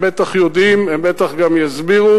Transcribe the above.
הם בטח יודעים, הם בטח גם יסבירו.